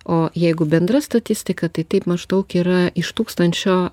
o jeigu bendra statistika tai taip maždaug yra iš tūkstančio